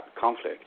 conflict